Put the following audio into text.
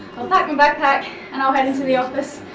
i'll pack my backpack and i'll head into the office,